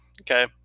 okay